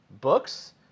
books